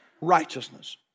righteousness